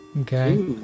Okay